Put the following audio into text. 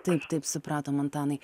taip taip supratom antanai